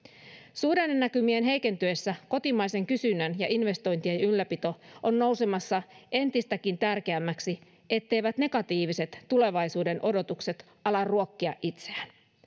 suhdannenäkymien heikentyessä kotimaisen kysynnän ja investointien ylläpito on nousemassa entistäkin tärkeämmäksi etteivät negatiiviset tulevaisuuden odotukset ala ruokkia itseään